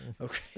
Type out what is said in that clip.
Okay